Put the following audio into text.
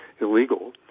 illegal